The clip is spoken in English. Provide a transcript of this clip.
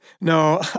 No